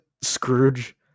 Scrooge